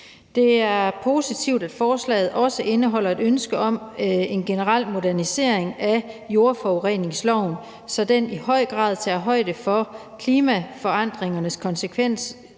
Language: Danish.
Det er positivt, at forslaget også indeholder et ønske om en generel modernisering af jordforureningsloven, så den i høj grad tager højde for klimaforandringernes konsekvenser